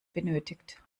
benötigt